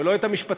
ולא את המשפטים,